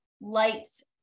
lights